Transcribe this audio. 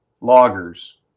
loggers